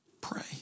Pray